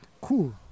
Cool